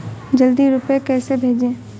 जल्दी रूपए कैसे भेजें?